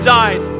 died